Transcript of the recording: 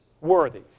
worthy